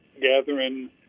gathering